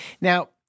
Now